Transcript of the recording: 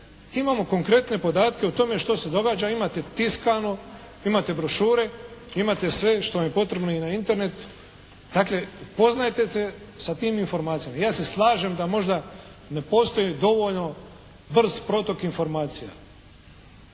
Imamo konkretne podatke o tome što se događa. Imate tiskano, imate brošure, imate sve što vam je potrebno i na Internetu. Dakle, upoznajte se sa tim informacijama. Ja se slažem da možda ne postoji dovoljno brz protok informacija.